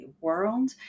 world